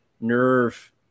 nerve